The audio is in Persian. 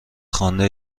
خوانده